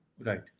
Right